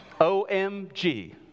OMG